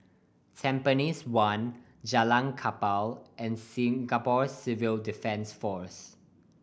Tampines One Jalan Kapal and Singapore Civil Defence Force